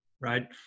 right